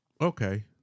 okay